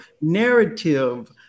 narrative